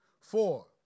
Four